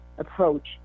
approach